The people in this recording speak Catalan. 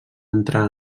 entrar